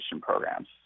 programs